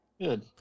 Good